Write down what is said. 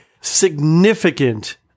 significant